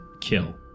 kill